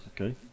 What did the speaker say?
okay